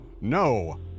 no